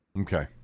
Okay